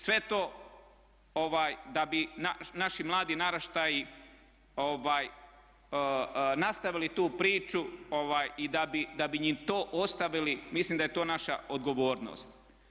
Sve to da bi naši mladi naraštaji nastavili tu priču i da bi im to ostavili mislim da je to naša odgovornost.